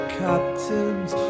captains